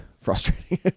frustrating